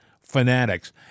fanatics